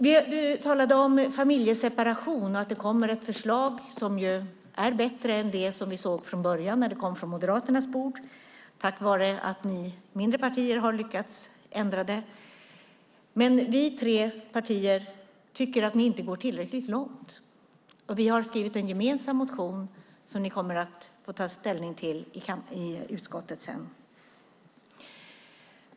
Du talade om familjeseparation, och det kommer ett förslag som är bättre än det som vi såg från början, när det kom från Moderaternas bord, tack vare att ni mindre partier har lyckats ändra det. Men vi tre partier tycker inte att ni går tillräckligt långt. Vi har skrivit en gemensam motion som ni sedan kommer att få ta ställning till i utskottet.